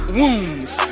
wounds